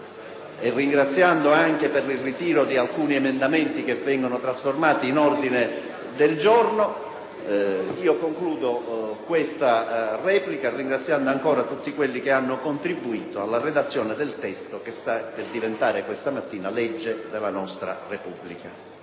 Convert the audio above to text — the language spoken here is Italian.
e ringraziando anche per il ritiro di alcuni emendamenti che vengono trasformati in ordini del giorno, concludo la replica ringraziando ancora tutti quelli che hanno contributo alla redazione del testo che questa mattina diventerà legge della nostra Repubblica.